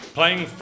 Playing